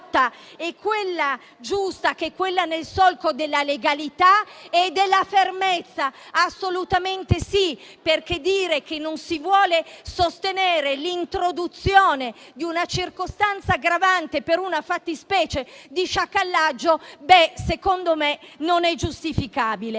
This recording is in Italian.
la rotta giusta è quella nel solco della legalità e della fermezza; assolutamente sì. Dire che non si vuole sostenere l'introduzione di una circostanza aggravante per la fattispecie dello sciacallaggio, secondo me, non è giustificabile.